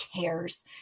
cares